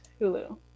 Hulu